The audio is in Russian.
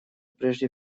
прежде